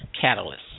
Catalyst